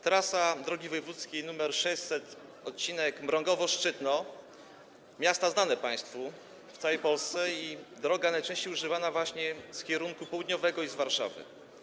Trasa drogi wojewódzkiej nr 600, odcinek Mrągowo - Szczytno, miasta znane państwu w całej Polsce, to droga najczęściej używana z kierunku południowego i z Warszawy.